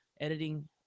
editing